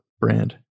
brand